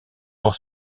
pour